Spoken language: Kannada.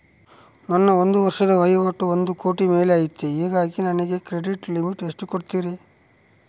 ನನ್ನ ಒಂದು ವರ್ಷದ ವಹಿವಾಟು ಒಂದು ಕೋಟಿ ಮೇಲೆ ಐತೆ ಹೇಗಾಗಿ ನನಗೆ ಕ್ರೆಡಿಟ್ ಲಿಮಿಟ್ ಎಷ್ಟು ಕೊಡ್ತೇರಿ?